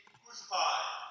crucified